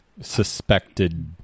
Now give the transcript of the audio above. suspected